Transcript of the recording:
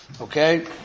okay